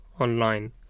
online